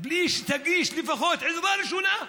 בלי שתגיש לפחות עזרה ראשונה,